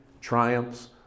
triumphs